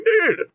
Indeed